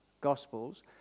Gospels